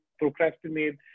procrastinate